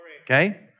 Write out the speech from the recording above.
Okay